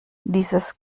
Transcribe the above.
dieses